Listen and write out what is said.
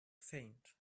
faint